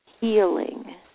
healing